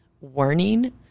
warning